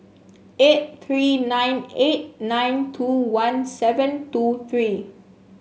eight three nine eight nine two one seven two three